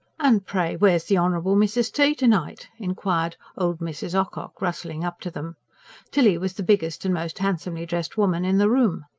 and pray where's the honourable mrs. t. to-night? inquired old mrs. ocock, rustling up to them tilly was the biggest and most handsomely dressed woman in the room.